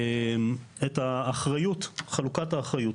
את חלוקת האחריות.